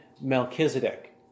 Melchizedek